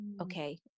okay